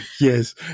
Yes